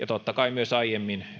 totta kai myös aiemmin